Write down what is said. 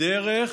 דרך